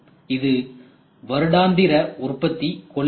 இது வருடாந்திர உற்பத்தி கொள்ளளவு